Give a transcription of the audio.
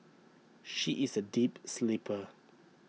she is A deep sleeper